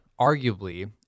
arguably